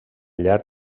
llarg